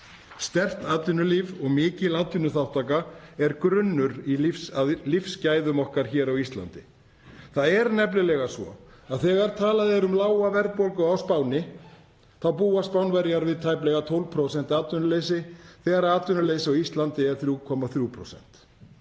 Sterkt atvinnulíf og mikil atvinnuþátttaka er grunnur að lífsgæðum okkar hér á Íslandi. Það er nefnilega svo að þegar talað er um lága verðbólgu á Spáni þá búa Spánverjar við tæplega 12% atvinnuleysi þegar atvinnuleysi á Íslandi er 3,3%.